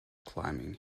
climbing